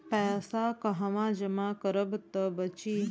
पैसा कहवा जमा करब त बची?